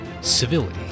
civility